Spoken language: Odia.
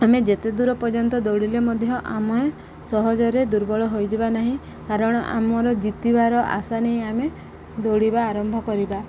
ଆମେ ଯେତେ ଦୂର ପର୍ଯ୍ୟନ୍ତ ଦୌଡ଼ିଲେ ମଧ୍ୟ ଆମେ ସହଜରେ ଦୁର୍ବଳ ହୋଇଯିବ ନାହିଁ କାରଣ ଆମର ଜିତିବାର ଆଶା ନେଇ ଆମେ ଦୌଡ଼ିବା ଆରମ୍ଭ କରିବା